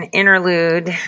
interlude